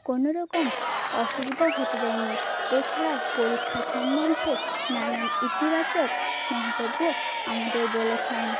কোনোরকম অসুবিধা হতে দেয়নি এছাড়াও পরীক্ষার সম্বন্ধে নানান ইতিবাচক মন্তব্য আমাদের বলেছেন